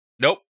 Nope